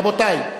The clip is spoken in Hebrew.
רבותי,